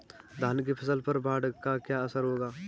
धान की फसल पर बाढ़ का क्या असर होगा?